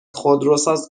خودروساز